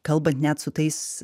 kalbant net su tais